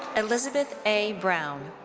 elisabeth a. brown.